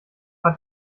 hat